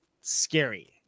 scary